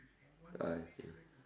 I see